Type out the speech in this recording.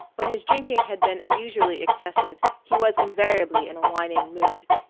when his drinking had been unusually excessive he was invariably in a whining mood.